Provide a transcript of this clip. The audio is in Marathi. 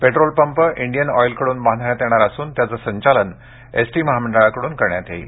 पेट्रोल पंप इंडियन ऑईलकडून बांधण्यात येणार असून त्याचं संचालन एसटी महामंडळाकडून करण्यात येणार आहे